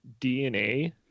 DNA –